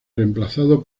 reemplazado